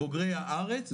בוגרי הארץ,